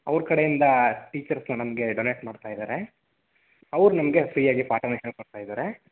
ಅವ್ರ ಕಡೆಯಿಂದ ಟೀಚರ್ಸು ನಮಗೆ ಡೊನೇಟ್ ಮಾಡ್ತಾಯಿದ್ದಾರೆ ಅವ್ರು ನಮಗೆ ಫ್ರಿಯಾಗಿ ಪಾಠ ಹೇಳ್ಕೊಡ್ತಾಯಿದ್ದಾರೆ